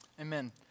Amen